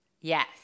Yes